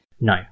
No